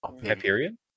Hyperion